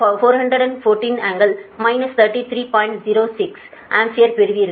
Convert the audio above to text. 06 ampere பெறுவீர்கள்